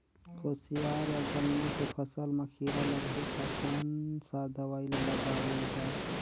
कोशियार या गन्ना के फसल मा कीरा लगही ता कौन सा दवाई ला लगाबो गा?